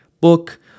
book